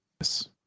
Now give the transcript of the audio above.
Yes